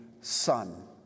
Son